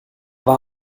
war